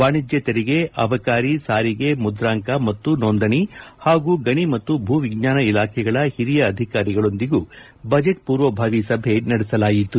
ವಾಣಿಜ್ಯ ತೆರಿಗೆ ಅಬಕಾರಿ ಸಾರಿಗೆ ಮುಂದ್ರಾಂಕ ಮತ್ತು ನೋಂದಣಿ ಪಾಗೂ ಗಣಿ ಮತ್ತು ಭೂವಿಜ್ಞಾನ ಇಲಾಖೆಗಳ ಹಿರಿಯ ಅಧಿಕಾರಿಗಳೊಂದಿಗೂ ಬಜೆಟ್ ಮೂರ್ವಭಾವಿ ಸಭೆ ನಡೆಸಲಾಯಿತು